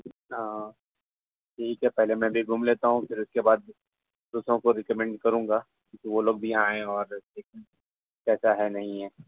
ہاں ٹھیک ہے پہلے میں بھی گھوم لیتا ہوں پھر اس کے بعد دوستوں کو بھی ریکمنڈ کروں گا کہ وہ لوگ بھی یہاں آئیں اور دیکھیں کیسا ہے نہیں ہے